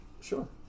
Sure